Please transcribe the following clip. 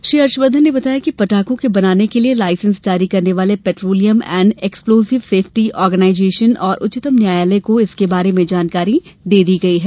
श्री हर्षवर्धन ने बताया कि पटाखों के बनाने के लिये लायसेंस जारी करने वाले petroleum and explosive safety organisation और उच्चतम न्यायालय को इसके बारे में जानकारी दे दी गई है